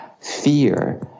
fear